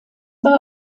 war